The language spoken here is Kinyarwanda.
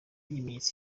ikimenyetso